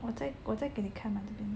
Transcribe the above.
我再我再给你看啊这边